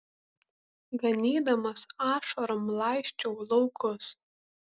ganydamas ašarom laisčiau laukus